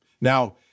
Now